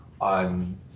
on